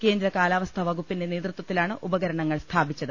കേന്ദ്ര കാലാവസ്ഥാ വകുപ്പിന്റെ നേതൃത്വത്തിലാണ് ഉപകരണങ്ങൾ സ്ഥാപിച്ചത്